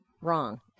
wrong